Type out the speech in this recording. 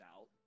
out